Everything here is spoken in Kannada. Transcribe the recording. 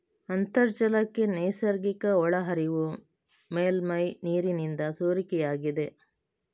ಅಂತರ್ಜಲಕ್ಕೆ ನೈಸರ್ಗಿಕ ಒಳಹರಿವು ಮೇಲ್ಮೈ ನೀರಿನಿಂದ ಸೋರಿಕೆಯಾಗಿದೆ